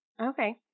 Okay